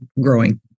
growing